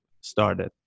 started